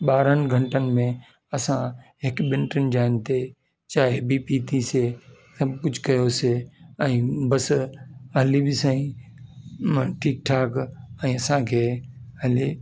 ॿारहनि घंटनि में असां हिकु ॿिनि टिनि जॻहनि ते चांहि बि पीतीसीं सभु कुझु कयोसीं ऐं बस हली बि सही म ठीकु ठाक ऐं असांखे हले